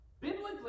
Biblically